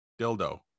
dildo